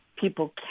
People